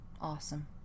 Awesome